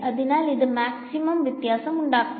അതിനാൽ ഇത് മാക്സിമം വ്യത്യാസം ഉണ്ടാക്കുന്നു